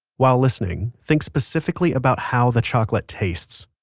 while listening, think specifically about how the chocolate tastes.